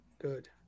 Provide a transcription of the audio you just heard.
Good